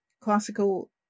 classical